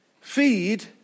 feed